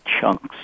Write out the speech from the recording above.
chunks